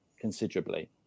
considerably